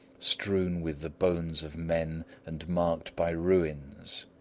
strewn with the bones of men and marked by ruins.